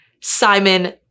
Simon